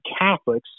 Catholics